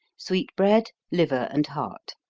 sweet bread, liver, and heart.